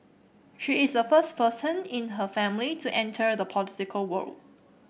she is the first person in her family to enter the political world